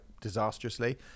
disastrously